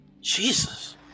Jesus